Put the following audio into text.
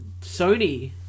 Sony